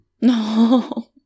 No